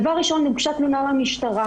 דבר ראשון הוגשה תלונה למשטרה.